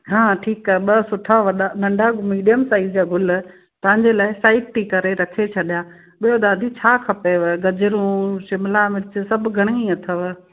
हा ठीकु आहे ॿ सुठा वॾा नंढा मीडियम साइज़ जा गुल तव्हां जे लाइ साइड थी करे रखी छॾियां ॿियो दादी छा खपेव गजरूं शिमला मिर्च सभु घणई अथव